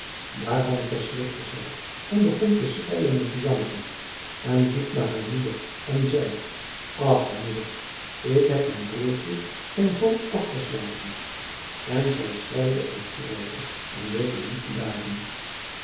daarvan verschrikte zij en begon te schreien en te jammeren en liep naar haar moeder en zei ach moeder ik heb mijn broertje zijn hoofd afgeslagen en zij schreide en schreide en wilde niet